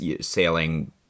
sailing